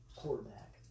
quarterback